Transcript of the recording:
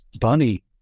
Bunny